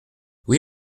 oui